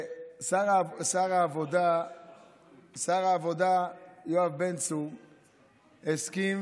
שר העבודה יואב בן צור הסכים